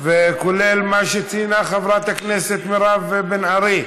כולל מה שציינה חברת הכנסת מירב בן ארי,